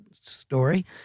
story